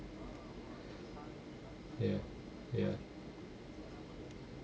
ya ya